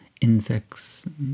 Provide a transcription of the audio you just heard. insects